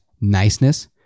niceness